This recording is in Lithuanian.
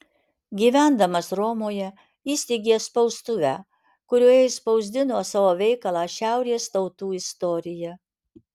gyvendamas romoje įsteigė spaustuvę kurioje išspausdino savo veikalą šiaurės tautų istorija